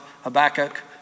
Habakkuk